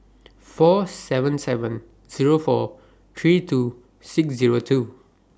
four seven seven four three two six two